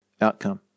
outcome